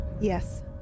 Yes